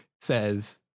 Says